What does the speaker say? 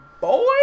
Boy